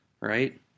right